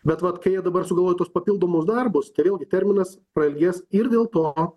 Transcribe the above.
bet vat kai jie dabar sugalvojo tuos papildomus darbus tai vėl terminas prailgės ir dėl to